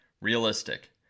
Realistic